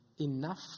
enough